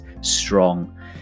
Strong